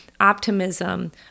optimism